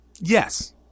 Yes